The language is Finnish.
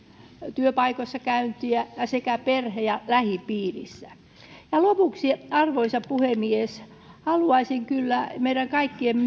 työpaikoissa käyntiä sekä perhe ja lähipiirissä lopuksi arvoisa puhemies haluaisin kyllä meidän kaikkien